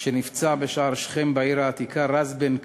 שנפצע בשער שכם בעיר העתיקה, רז בן כרמלה,